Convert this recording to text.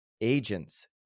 Agents